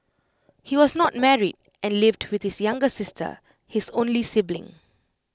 he was not married and lived with his younger sister his only sibling